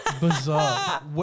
Bizarre